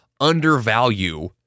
undervalue